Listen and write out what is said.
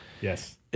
Yes